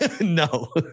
No